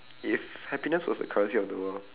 if happiness was the currency of the world